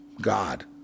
God